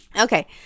okay